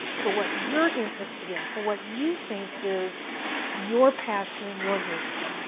for what you're interested in, for what you think is your passion and your vision.